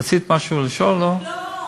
רצית משהו לשאול, לא?